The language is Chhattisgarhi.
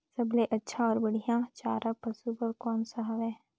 सबले अच्छा अउ बढ़िया चारा पशु बर कोन सा हवय?